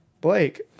Blake